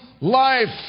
life